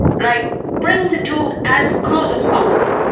like bring the two as close as possible.